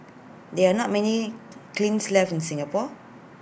there are not many clings left in Singapore